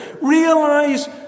Realize